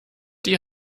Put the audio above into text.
die